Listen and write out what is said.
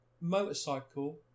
motorcycle